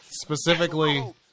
Specifically